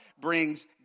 brings